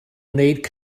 wneud